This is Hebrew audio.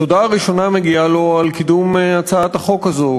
התודה הראשונה מגיעה לו על קידום הצעת החוק הזאת,